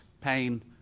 pain